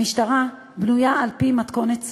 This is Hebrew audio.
המשטרה בנויה על-פי מתכונת צבאית: